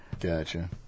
Gotcha